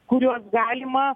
kuriuos galima